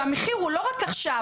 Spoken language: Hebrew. המחיר הוא לא רק עכשיו,